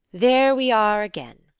there we are again!